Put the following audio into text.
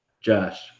Josh